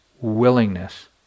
willingness